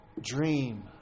dream